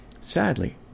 Sadly